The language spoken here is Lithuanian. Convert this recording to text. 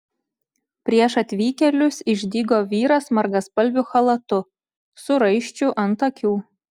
prieš atvykėlius išdygo vyras margaspalviu chalatu su raiščiu ant akių